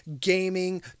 gaming